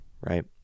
right